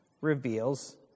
reveals